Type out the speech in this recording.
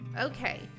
Okay